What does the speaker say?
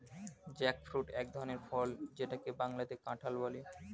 jackfruit এক ধরনের ফল যেটাকে বাংলাতে কাঁঠাল বলে